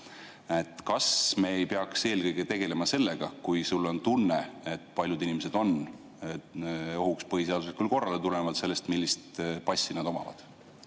Kas me ei peaks eelkõige tegelema sellega – kui sul on tunne, et paljud inimesed on ohuks põhiseaduslikule korrale, tulenevalt sellest, millist passi nad omavad?